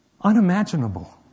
unimaginable